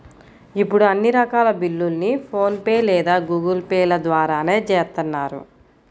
ఇప్పుడు అన్ని రకాల బిల్లుల్ని ఫోన్ పే లేదా గూగుల్ పే ల ద్వారానే చేత్తన్నారు